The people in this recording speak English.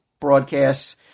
broadcasts